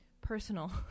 personal